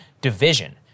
Division